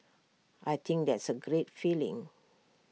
I think that's A great feeling